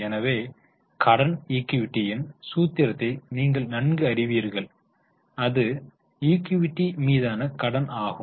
எனவே கடன் ஈக்விட்டி இன் சூத்திரத்தை நீங்கள் நன்கு அறிவீர்கள் அது ஈக்விட்டி மீதான கடன் ஆகும்